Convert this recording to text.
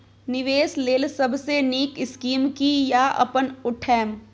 निवेश लेल सबसे नींक स्कीम की या अपन उठैम?